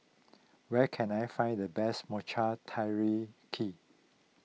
where can I find the best Mochi